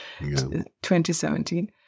2017